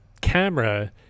camera